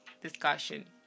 discussion